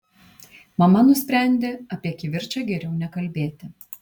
mama nusprendė apie kivirčą geriau nekalbėti